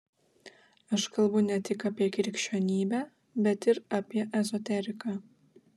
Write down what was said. aš kalbu ne tik apie krikščionybę bet ir apie ezoteriką